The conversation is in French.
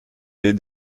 des